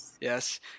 Yes